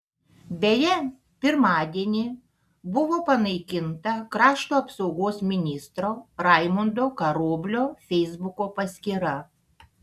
beje pirmadienį buvo panaikinta krašto apsaugos ministro raimundo karoblio feisbuko paskyra